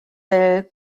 del